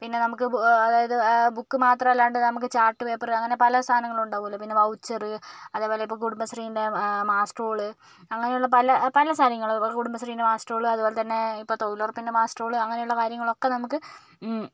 പിന്നെ നമുക്ക് അതായത് ബുക്ക് മാത്രമല്ലാണ്ട് നമുക്ക് ചാർട്ട് പേപ്പർ അങ്ങനെ പല സാധനങ്ങളും ഉണ്ടാകുമല്ലോ പിന്നെ വൗച്ചർ അതേപോലെ ഇപ്പോൾ കുടുംബശ്രീൻ്റെ മാസ്ട്രോൾ അങ്ങനെയുള്ള പല പല സാധനങ്ങൾ ഇപ്പോൾ കുടുംബശ്രീൻ്റെ മാസ്ട്രോൾ അത്പോലെത്തന്നെ ഇപ്പോൾ തൊഴിലുറപ്പിൻ്റെ മാസ്ട്രോൾ അങ്ങനെയുള്ള കാര്യങ്ങളൊക്കെ നമുക്ക്